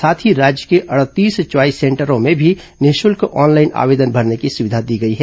साथ ही राज्य के अड़तीस च्वाईस सेंटरों में भी निःशुल्क ऑनलाइन आवेदन भरने की सुविधा दी गई है